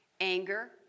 anger